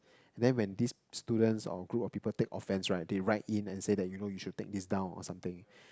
then when these students or group of people take offense right they write in and say that you know you should take these down or something